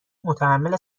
متحمل